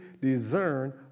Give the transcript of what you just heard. discern